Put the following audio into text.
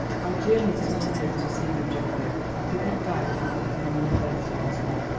i journeyed to london to see you, geoffrey. i could not die without looking on your face once more.